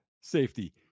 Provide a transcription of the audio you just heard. safety